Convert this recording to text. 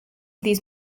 these